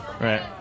Right